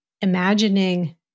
imagining